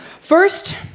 First